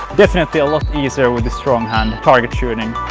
easier with the strong hand target shooting